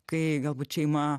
kai galbūt šeima